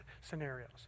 scenarios